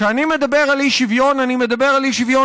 כשאני מדבר על אי-שוויון אני מדבר על אי-שוויון